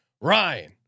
Ryan